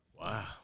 Wow